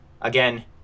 Again